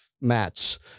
match